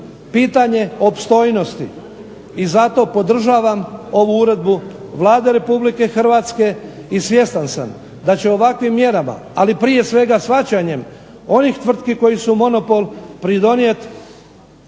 pitanje opstojnosti i zato podržavam ovu uredbu Vlade Republike Hrvatske i svjestan sam da će ovakvim mjerama ali prije svega shvaćanjem onih tvrtki koje su monopol, pridonijeti